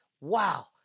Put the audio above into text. Wow